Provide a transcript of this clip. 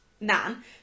nan